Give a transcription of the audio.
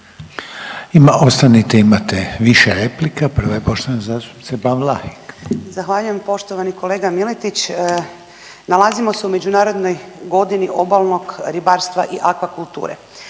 Ima, ostanite, imate više replika. Prva je poštovane zastupnice Ban Vlahek. **Ban, Boška (SDP)** Zahvaljujem poštovani kolega Miletić. Nalazimo se u Međunarodnoj godini obalnog ribarstva i akvakulture.